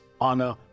honor